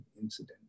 incident